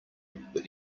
but